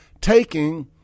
taking